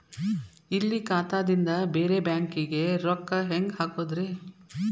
ಇಲ್ಲಿ ಖಾತಾದಿಂದ ಬೇರೆ ಬ್ಯಾಂಕಿಗೆ ರೊಕ್ಕ ಹೆಂಗ್ ಹಾಕೋದ್ರಿ?